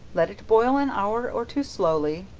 let it boil an hour or two slowly,